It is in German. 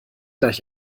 gleich